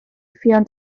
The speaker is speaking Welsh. ffion